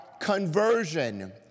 conversion